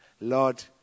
Lord